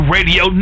Radio